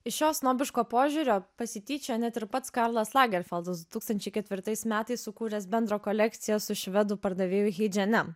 iš šio snobiško požiūrio pasityčiojo net ir pats karlas lagerfeldas du tūkstančiai ketvirtais metais sukūręs bendrą kolekciją su švedų pardavėju heidž en em